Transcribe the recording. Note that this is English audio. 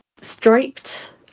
striped